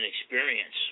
experience